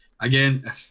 again